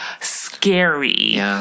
scary